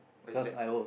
what is that